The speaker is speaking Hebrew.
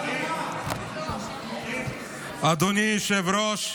אדוני היושב-ראש,